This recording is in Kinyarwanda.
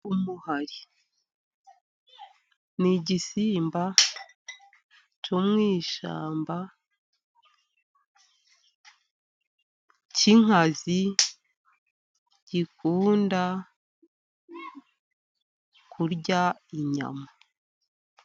Umuhari ni igisimba cyo mu ishyamba cy'inkazi gikunda kurya inyama.